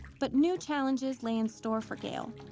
but new challenges lay in store for gail.